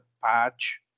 patch